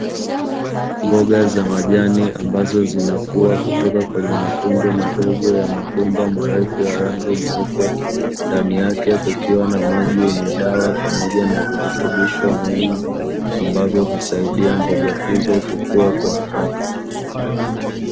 Mboga za majani ambazo zinakua kutoka kwenye matundu madogo ya mabomba marefu ya rangi nyeupe, ndani yake kukiwa na maji yenye dawa pamoja na virutubisho muhimu, ambavyo husaidia mboga hizo kukua kwa haraka.